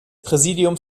präsidium